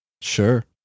Sure